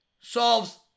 solves